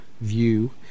view